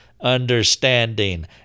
understanding